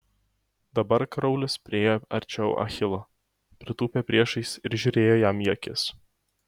dabar kraulis priėjo arčiau achilo pritūpė priešais ir žiūrėjo jam į akis